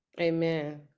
Amen